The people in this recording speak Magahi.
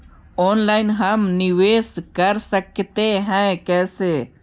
ऑनलाइन हम निवेश कर सकते है, कैसे?